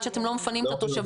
עד שאתם לא מפנים את התושבים?